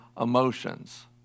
emotions